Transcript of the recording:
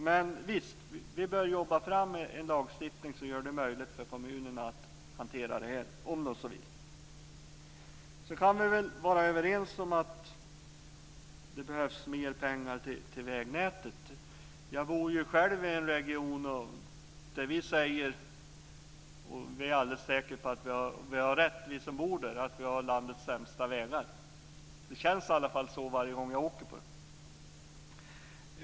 Men visst bör vi jobba fram en lagstiftning som gör det möjligt för kommunerna att hantera detta om de så vill. Vi kan väl vara överens om att det behövs mer pengar till vägnätet. Jag bor själv i en region där vi säger - och vi som bor där är alldeles säkra på att vi har rätt - att vi har landets sämsta vägar. Det känns i varje fall så varje gång jag åker på dem.